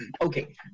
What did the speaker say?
Okay